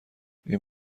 این